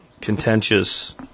contentious